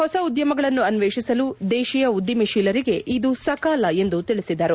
ಹೊಸ ಉದ್ಯಮಗಳನ್ನು ಅನ್ಲೇಷಿಸಲು ದೇಶೀಯ ಉದ್ದಿಮೆಶೀಲರಿಗೆ ಇದು ಸಕಾಲ ಎಂದು ತಿಳಿಸಿದರು